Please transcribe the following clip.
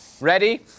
Ready